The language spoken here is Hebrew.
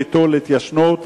ביטול התיישנות),